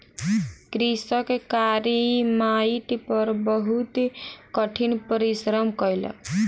कृषक कारी माइट पर बहुत कठिन परिश्रम कयलक